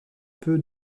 peu